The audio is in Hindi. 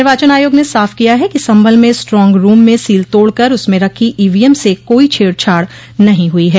निर्वाचन आयोग ने साफ किया है कि संभल में स्ट्रांग रूम में सील तोड़कर उसमें रखी ईवीएम से कोई छेड़छाड़ नहीं हुई है